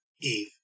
Eve